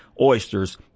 oysters